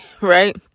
Right